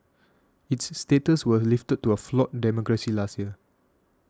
its status was lifted to a flawed democracy last year